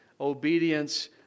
obedience